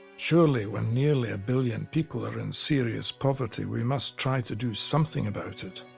surely when nearly a billion people are in serious poverty we must try to do something about it.